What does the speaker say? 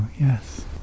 Yes